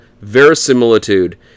verisimilitude